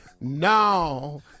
no